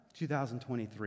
2023